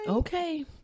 okay